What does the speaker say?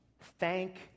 Thank